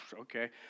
okay